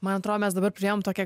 man atrodo mes dabar priėjom tokią